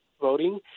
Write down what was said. voting